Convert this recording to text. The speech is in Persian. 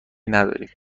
نداریم